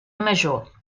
major